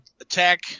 attack